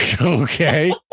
Okay